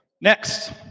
next